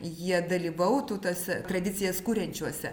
jie dalyvautų tuose tradicijas kuriančiuose